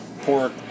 pork